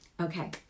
Okay